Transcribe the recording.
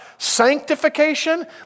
Sanctification